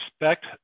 respect